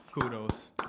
kudos